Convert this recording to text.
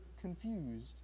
confused